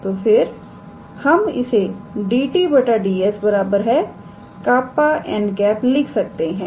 तो फिर हम इसे 𝑑𝑡 𝑑𝑠 𝜅𝑛̂ लिख सकते हैं